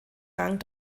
rang